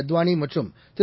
அத்வானி மற்றும் திரு